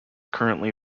currently